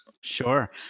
Sure